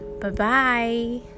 Bye-bye